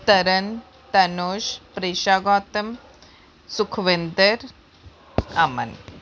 Tarn Tanush Prisha Gautam Sukhwinder Aman